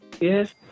yes